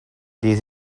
this